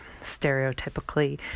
stereotypically